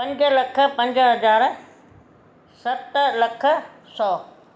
पंज लख पंज हज़ार सत लख सौ